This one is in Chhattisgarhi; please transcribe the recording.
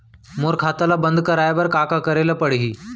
मोर खाता ल बन्द कराये बर का का करे ल पड़ही?